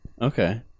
Okay